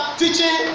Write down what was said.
teaching